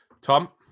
Tom